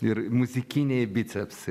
ir muzikiniai bicepsai